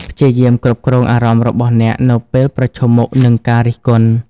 ព្យាយាមគ្រប់គ្រងអារម្មណ៍របស់អ្នកនៅពេលប្រឈមមុខនឹងការរិះគន់។